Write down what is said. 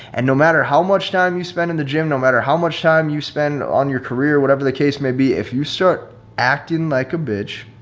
and no matter how much time you spend in the gym, no matter how much time you spend on your career, whatever the case may be, if you start acting like a bitch,